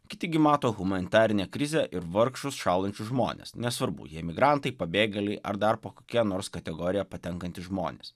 kiti gi mato humanitarinę krizę ir vargšus šąlančius žmones nesvarbu jie migrantai pabėgėliai ar dar po kokia nors kategorija patenkantys žmonės